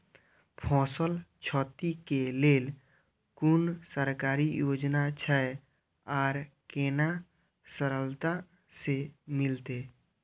फसल छति के लेल कुन सरकारी योजना छै आर केना सरलता से मिलते?